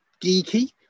geeky